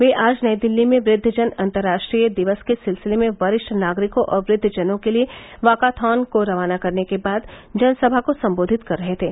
ये आज नई दिल्ली में वृद्वजन अंतर्राष्ट्रीय दिवस के सिलसिले में वरिष्ठ नागरिकों और वृद्वजनों के लिए वाकाथॉन को रवाना करने के बाद जनसभा को संबोधित कर रहे थे